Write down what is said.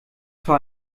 für